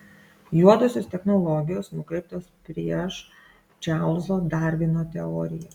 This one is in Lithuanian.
juodosios technologijos nukreiptos prieš čarlzo darvino teoriją